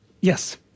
yes